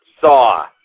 Saw